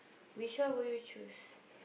which one will you choose